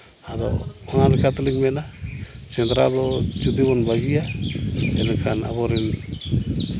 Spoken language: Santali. ᱟᱫᱚ ᱚᱱᱟ ᱞᱮᱠᱟ ᱛᱮᱞᱤᱧ ᱢᱮᱱᱟ ᱥᱮᱸᱫᱽᱨᱟ ᱫᱚ ᱡᱩᱫᱤ ᱵᱚᱱ ᱵᱟᱹᱜᱤᱭᱟ ᱛᱚᱵᱮ ᱠᱷᱟᱱ ᱟᱵᱚ ᱨᱮᱱ